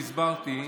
שהסברתי,